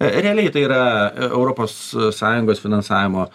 realiai tai yra europos sąjungos finansavimo